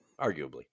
Arguably